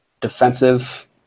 defensive